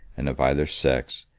and of either sex,